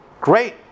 Great